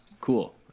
Cool